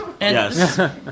Yes